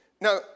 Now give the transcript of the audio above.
Now